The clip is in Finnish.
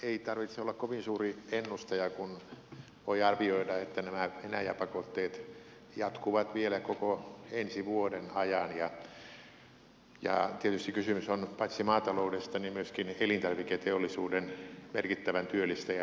ei tarvitse olla kovin suuri ennustaja kun voi arvioida että nämä venäjä pakotteet jatkuvat vielä koko ensi vuoden ajan ja tietysti kysymys on paitsi maataloudesta myöskin elintarviketeollisuuden merkittävän työllistäjän työpaikoista